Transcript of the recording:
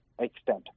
extent